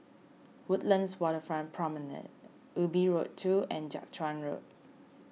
Woodlands Waterfront Promenade Ubi Road two and Jiak Chuan Road